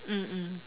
mm mm